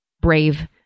brave